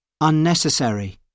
Unnecessary